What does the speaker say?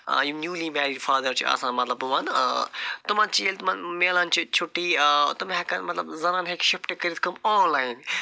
یِم newly married father چھِ آسان مطلب بہِ وَنہٕ تِمَن چھِ ییٚلہِ تِمَن مِلان چھِ چھُٹی تِم ہٮ۪کَن مطلب زنان ہٮ۪کہِ شِفٹ کٔرتھ کٲم آن لایِن